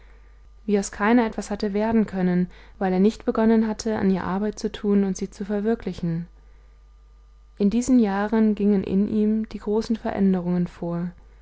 wie aus keiner etwas hatte werden können weil er nicht begonnen hatte an ihr arbeit zu tun und sie zu verwirklichen in diesen jahren gingen in ihm die großen veränderungen vor